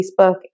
Facebook